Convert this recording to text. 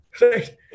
Right